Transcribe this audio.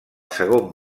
segon